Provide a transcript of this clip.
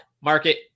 market